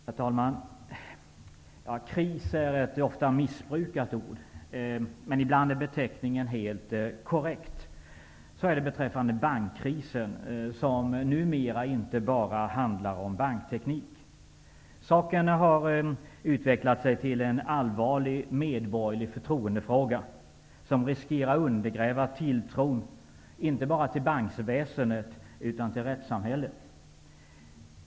Herr talman! Ordet kris är ett ofta missbrukat ord. Men ibland är beteckningen helt korrekt. Så är det beträffande ''bankkrisen'', som numera inte bara handlar om bankteknik. Saken har utvecklats till en allvarlig medborgerlig förtroendefråga som riskerar att undergräva tilltron inte bara till bankväsendet utan även till rättssamhället.